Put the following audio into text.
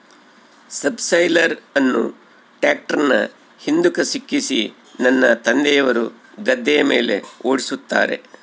subsoiler ಅನ್ನು ಟ್ರ್ಯಾಕ್ಟರ್ನ ಹಿಂದುಕ ಸಿಕ್ಕಿಸಿ ನನ್ನ ತಂದೆಯವರು ಗದ್ದೆಯ ಮೇಲೆ ಓಡಿಸುತ್ತಾರೆ